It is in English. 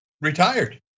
retired